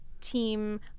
team